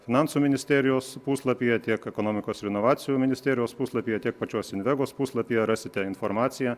finansų ministerijos puslapyje tiek ekonomikos ir inovacijų ministerijos puslapyje tiek pačios invegos puslapyje rasite informaciją